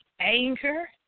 anger